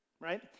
right